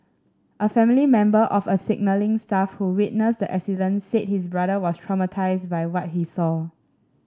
a family member of a signalling staff who witnessed the accident said his brother was traumatised by what he saw